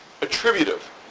attributive